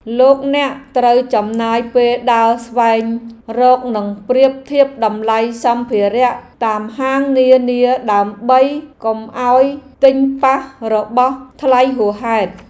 លោកអ្នកត្រូវចំណាយពេលដើរស្វែងរកនិងប្រៀបធៀបតម្លៃសម្ភារៈតាមហាងនានាដើម្បីកុំឱ្យទិញប៉ះរបស់ថ្លៃហួសហេតុ។